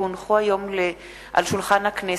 כי הונחו היום על שולחן הכנסת,